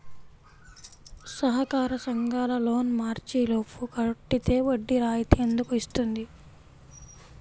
సహకార సంఘాల లోన్ మార్చి లోపు కట్టితే వడ్డీ రాయితీ ఎందుకు ఇస్తుంది?